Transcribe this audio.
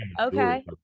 Okay